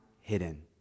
hidden